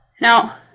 Now